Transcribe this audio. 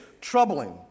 troubling